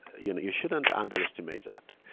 you know you shouldn't underestimate that.